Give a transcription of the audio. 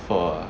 pho ah